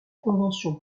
convention